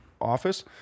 Office